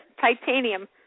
titanium